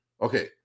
Okay